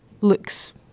looks